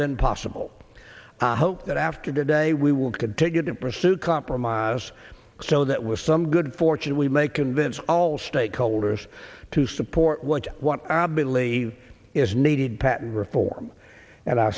been possible hope that after today we will continue to pursue compromise so that with some good fortune we may convince all stakeholders to support what i believe is needed patent reform and i